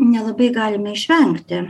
nelabai galime išvengti